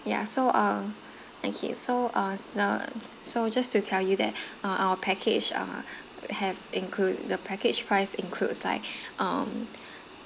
yeah so uh okay so uh the so just to tell you that uh our package uh have include the package price includes like um